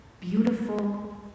beautiful